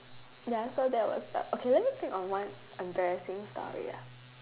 ya so that was the okay let me think of one embarrassing story ah